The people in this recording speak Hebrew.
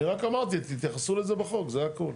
אני רק אמרתי תתייחסו לזה בחוק, זה הכל.